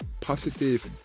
positive